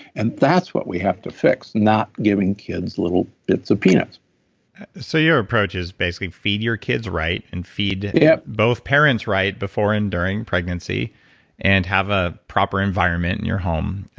and that's what we have to fix, not giving kids little bits of peanuts so your approach is basically feed your kids right and feed yeah both parents right before and during pregnancy and have a proper environment in your home,